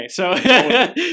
Okay